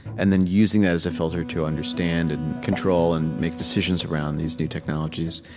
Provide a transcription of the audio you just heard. and then using that as a filter to understand and control and make decisions around these new technologies.